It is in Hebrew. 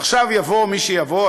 עכשיו יבוא מי שיבוא,